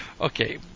Okay